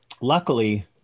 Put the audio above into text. luckily